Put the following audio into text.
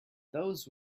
those